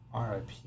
RIP